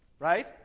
right